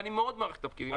ואני מאוד מעריך את הפקידים.